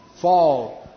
fall